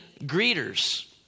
greeters